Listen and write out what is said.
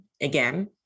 again